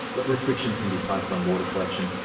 but restrictions can be placed on water collection.